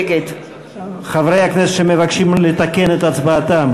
נגד האם יש חברי הכנסת שמבקשים לתקן את הצבעתם?